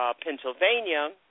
Pennsylvania